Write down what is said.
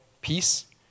peace